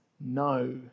no